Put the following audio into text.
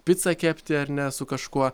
picą kepti ar ne su kažkuo